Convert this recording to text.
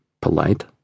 polite